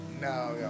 No